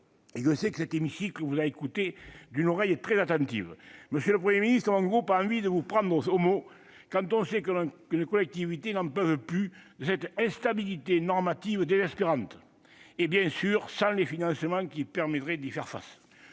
et je sais que cet hémicycle vous a écouté d'une oreille très attentive. Monsieur le Premier ministre, mon groupe a envie de vous prendre au mot, quand on sait que nos collectivités n'en peuvent plus de cette instabilité normative désespérante. Et bien sûr sans les financements qui permettraient d'y faire face